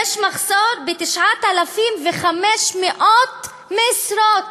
יש מחסור ב-9,500 משרות,